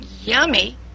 yummy